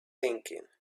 thinking